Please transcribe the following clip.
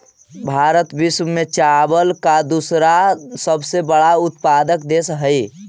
भारत विश्व में चावल का दूसरा सबसे बड़ा उत्पादक देश हई